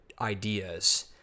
ideas